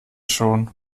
schon